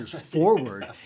forward